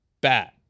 bat